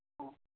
हाँ